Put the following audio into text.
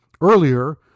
earlier